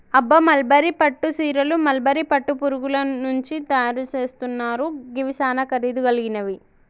అబ్బ మల్బరీ పట్టు సీరలు మల్బరీ పట్టు పురుగుల నుంచి తయరు సేస్తున్నారు గివి సానా ఖరీదు గలిగినవి